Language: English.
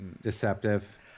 Deceptive